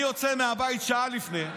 אני יוצא מהבית שעה לפני,